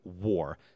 war